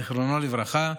זיכרונו לברכה,